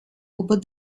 über